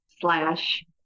slash